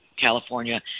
California